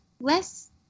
less